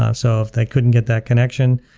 ah so if they couldn't get that connection,